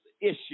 issue